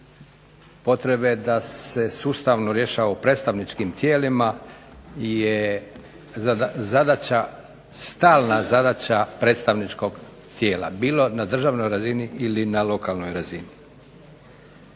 potrebe da se sustavno rješava u predstavničkim tijelima je zadaća, stalna zadaća predstavničkog tijela bilo na državnoj razini ili na lokalnoj razini.